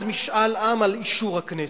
אז משאל עם על אישור הכנסת.